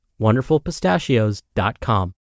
wonderfulpistachios.com